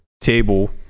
table